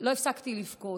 לא הפסקתי לבכות.